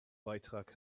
beitrag